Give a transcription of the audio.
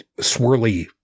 swirly